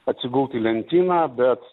atsigult į lentyną bet